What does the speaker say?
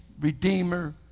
redeemer